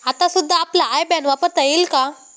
आता सुद्धा आपला आय बॅन वापरता येईल का?